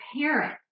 parent